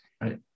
right